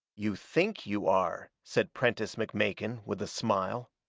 you think you are said prentiss mcmakin, with a smile.